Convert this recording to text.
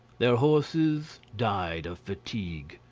their horses died of fatigue.